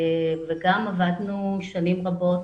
וגם עבדנו שנים רבות,